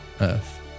Earth